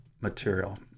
material